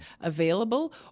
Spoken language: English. available